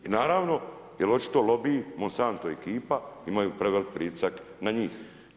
I naravno, jer očito lobiji Monsanto ekipa imaju prevelik pritisak na njih.